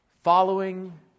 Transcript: Following